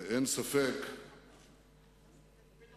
אסור לדכא עמים במזרח התיכון?